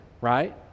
right